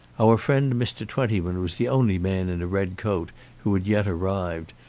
our friend mr. twentyman was the only man in a red coat who had yet arrived,